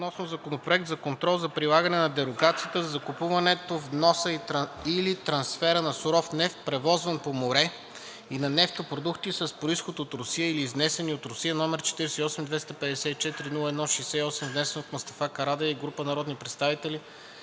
обсъди Законопроект за контрол за прилагане на дерогацията за закупуването, вноса или трансфера на суров нефт, превозван по море, и на нефтопродукти с произход от Русия или изнесени от Русия, № 48-254-01-68, внесен от Мустафа Карадайъ и група народни представители